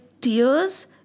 tears